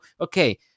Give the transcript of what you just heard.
okay